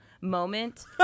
moment